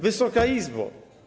Wysoka Izbo!